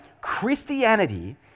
Christianity